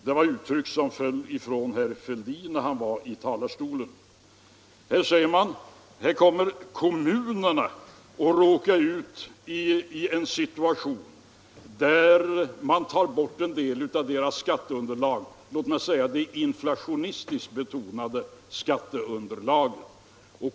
Det var uttryck som föll när herr Fälldin stod i talarstolen. Här säger man att kommunerna kommer att råka i en situation där en hel del av deras skatteunderlag tas bort. Låt mig säga att det är det inflationistiskt betonade skatteunderlaget.